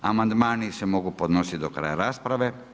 Amandmani se mogu podnositi do kraja rasprave.